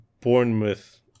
Bournemouth